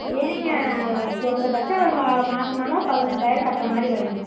சரிங்க குறைஞ்சபட்சம் ஒரு மாதமானா ஒரு பதினைஞ்சாயரம் கட்டுற மாதிரி வருங்க